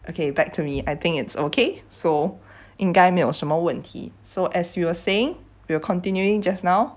okay back to me I think it's okay so 因该没有什么问题 so as you were saying we're continuing just now